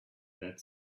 that